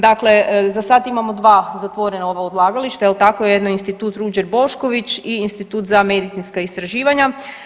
Dakle, za sad imamo 2 zatvorena ova odlagališta jel tako, jedno je Institut Ruđer Bošković i Institut za medicinska istraživanja.